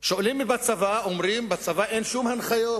שואלים את הצבא, ואומרים: בצבא אין שום הנחיות